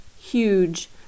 huge